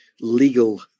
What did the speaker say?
legal